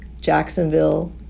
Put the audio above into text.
Jacksonville